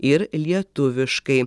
ir lietuviškai